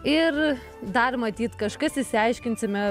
ir dar matyt kažkas išsiaiškinsime